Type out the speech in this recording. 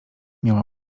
miała